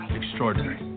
extraordinary